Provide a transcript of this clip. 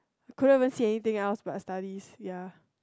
couldn't even see anything else but studies ya